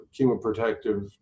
chemoprotective